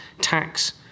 tax